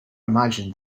imagined